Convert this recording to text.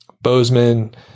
Bozeman